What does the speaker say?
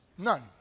None